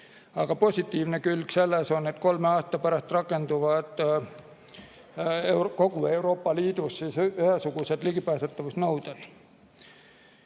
aga positiivne külg on, et kolme aasta pärast rakenduvad kogu Euroopa Liidus ühesugused ligipääsetavuse nõuded.